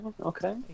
Okay